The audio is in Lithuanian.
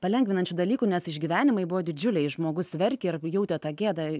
palengvinančių dalykų nes išgyvenimai buvo didžiuliai žmogus verkė ir jautė tą gėdą